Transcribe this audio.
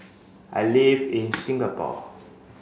I live in Singapore